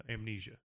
Amnesia